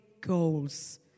goals